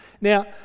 Now